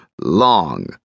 Long